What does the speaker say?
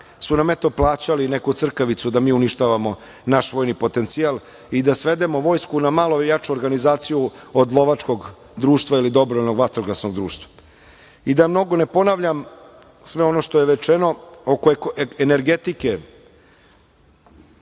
su nam eto plaćali neku crkavicu da mi uništavamo naš vojni potencijal i da svedemo vojsku na malo jaču organizaciju od lovačkog društva ili dobrovoljnog vatrogasnog društva. Da mnogo ne ponavljam sve ono što je rečeno, oko energetike,